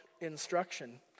instruction